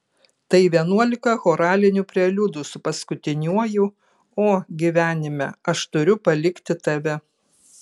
tai vienuolika choralinių preliudų su paskutiniuoju o gyvenime aš turiu palikti tave